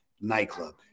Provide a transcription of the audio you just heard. nightclub